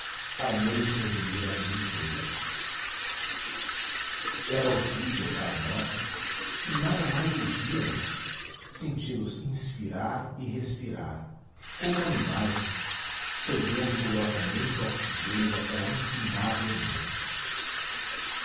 para neles resumir a vida inteira era horrível para nós que nada mais ouvíamos senti los inspirar e respirar como animais sorvendo gulosamente o oxigênio daquela infindável noite